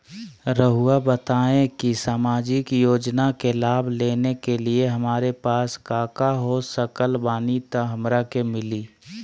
रहुआ बताएं कि सामाजिक योजना के लाभ लेने के लिए हमारे पास काका हो सकल बानी तब हमरा के मिली?